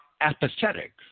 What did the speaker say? apathetic